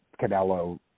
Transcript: Canelo